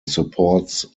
supports